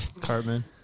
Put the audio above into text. Cartman